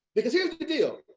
because here's the the deal,